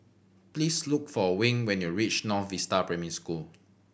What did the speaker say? please look for Wing when you reach North Vista Primary School